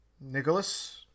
Nicholas